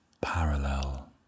parallel